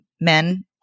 men